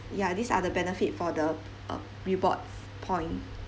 ya these are the benefit for the uh reward point